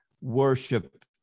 worship